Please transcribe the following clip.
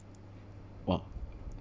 !wah!